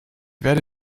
werde